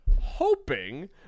hoping